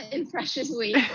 in freshes week?